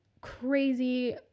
crazy